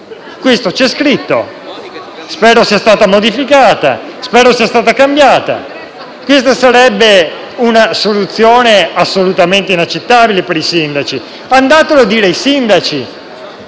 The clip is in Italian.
Questo c'è scritto e spero sia stato modificato. Questa sarebbe una soluzione assolutamente inaccettabile per i sindaci. Andatelo a dire ai sindaci: